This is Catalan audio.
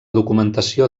documentació